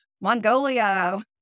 Mongolia